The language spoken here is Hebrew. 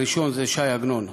"הראשון" זה ש"י עגנון,